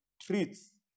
treats